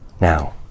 Now